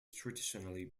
traditionally